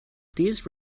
these